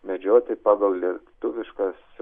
medžioti pagal lietuviškas